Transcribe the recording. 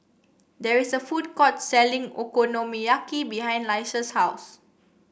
there is a food court selling Okonomiyaki behind Laisha's house